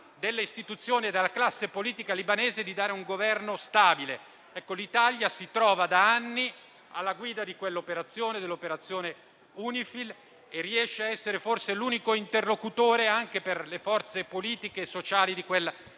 delle istituzioni e della classe politica libanese di dare un governo stabile. L'Italia si trova da anni alla guida dell'operazione UNIFIL e riesce ad essere forse l'unico interlocutore anche per le forze politiche e sociali di quel